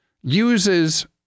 uses